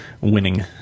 winning